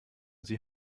sie